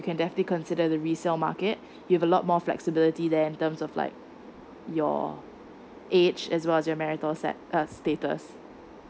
you can definitely consider the resale market it's a lot more flexibility there in terms of like your age as well as your marital set~ err status